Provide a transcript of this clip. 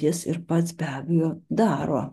jis ir pats be abejo daro